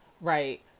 right